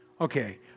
Okay